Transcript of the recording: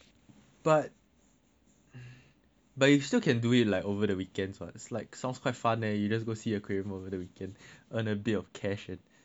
but you can still do it like over the weekend one it's like sounds quite fun eh you just go see aquarium over the weekend earn a bit of cash and talk about crabs